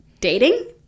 dating